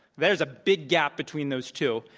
there's a big gap between those two.